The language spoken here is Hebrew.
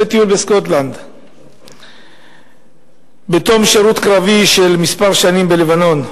לטיול בסקוטלנד בתום שירות קרבי של כמה שנים בלבנון,